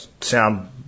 sound